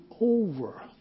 over